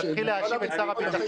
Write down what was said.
אתה מתחיל להאשים את שר הביטחון.